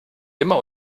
immer